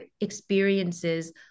experiences